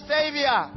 Savior